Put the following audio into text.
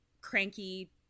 cranky